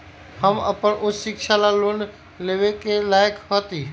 हम अपन उच्च शिक्षा ला लोन लेवे के लायक हती?